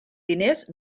diners